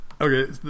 Okay